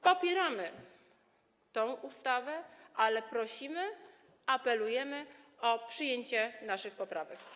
Popieramy tę ustawę, ale prosimy, apelujemy o przyjęcie naszych poprawek.